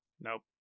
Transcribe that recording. Nope